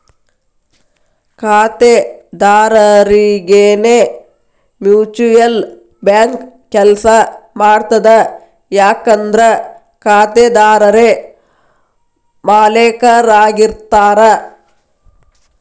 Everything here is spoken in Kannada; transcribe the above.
ಖಾತೆದಾರರರಿಗೆನೇ ಮ್ಯೂಚುಯಲ್ ಬ್ಯಾಂಕ್ ಕೆಲ್ಸ ಮಾಡ್ತದ ಯಾಕಂದ್ರ ಖಾತೆದಾರರೇ ಮಾಲೇಕರಾಗಿರ್ತಾರ